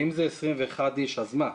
ואם זה 21 איש אז מה?